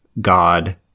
God